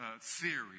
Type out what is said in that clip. Theory